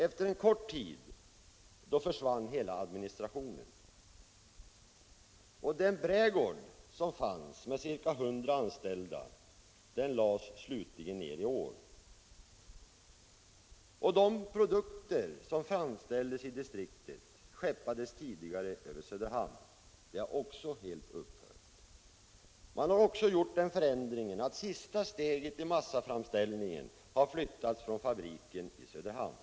Efter en kort tid försvann hela administrationen från Söderhamn, och brädgården med ca 100 anställda lades slutligen ned i år. De produkter som framställdes i distriktet skeppades tidigare över Söderhamn. Det har också helt upphört. Man har vidare gjort den förändringen att sista steget i massaframställningen har flyttats från fabriken i Söderhamn.